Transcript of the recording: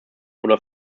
oder